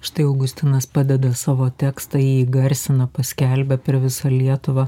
štai augustinas padeda savo tekstą jį įgarsino paskelbė per visą lietuvą